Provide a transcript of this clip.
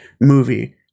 movie